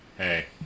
Hey